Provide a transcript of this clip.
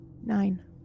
Nine